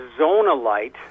Zonalite